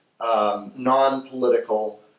non-political